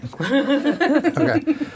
Okay